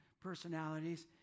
personalities